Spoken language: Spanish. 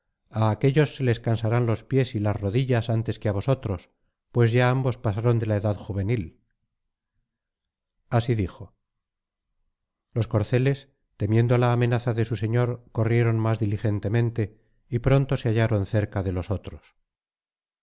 aquéllos se les cansarán los pies y las rodillas antes que á vosotros pues ya ambos pasaron de la edad juvenil así dijo los corceles temiendo la amenaza de su señor corrieron más diligentemente y pronto se hallaron cerca de los otros